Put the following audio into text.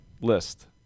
list